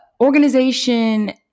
organization